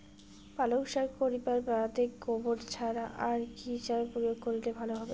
পালং শাক করিবার বাদে গোবর ছাড়া আর কি সার প্রয়োগ করিলে ভালো হবে?